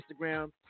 Instagram